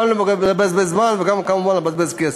גם לבזבז זמן וגם כמובן לבזבז כסף.